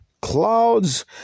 clouds